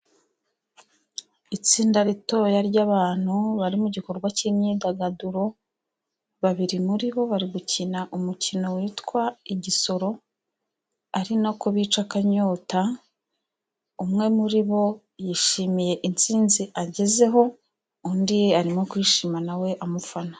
Itsinda ritoya ry'abantu bari mu gikorwa cy'imyidagaduro babiri muri bo bari gukina umukino witwa igisoro ari nako bica akanyota, umwe muri bo yishimiye intsinzi agezeho undi arimo kwishima nawe amufana.